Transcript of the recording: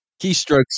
keystrokes